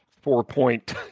four-point